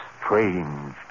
strange